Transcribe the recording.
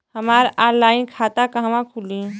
हमार ऑनलाइन खाता कहवा खुली?